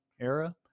era